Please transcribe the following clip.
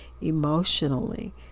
emotionally